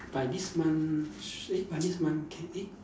by this month sh~ eh by this month can eh